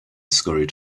scurried